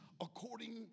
according